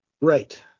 right